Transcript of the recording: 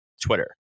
Twitter